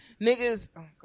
niggas